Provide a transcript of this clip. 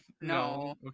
No